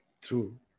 True